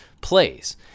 plays